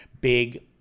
big